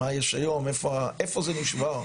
מה יש היום, איפה זה נשבר.